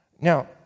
Now